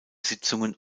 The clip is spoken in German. sitzungen